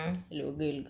hmm